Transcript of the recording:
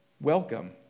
welcome